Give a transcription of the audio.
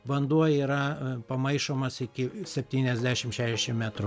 vanduo yra pamaišomas iki septyniasdešim šešiasdešim metrų